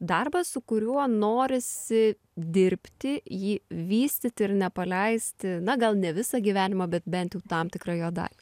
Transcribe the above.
darbas su kuriuo norisi dirbti jį vystyti ir nepaleisti na gal ne visą gyvenimą bet bent jau tam tikrą jo dalį